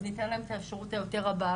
אז ניתן להן את האפשרות היותר הבאה,